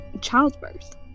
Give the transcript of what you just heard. childbirth